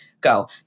go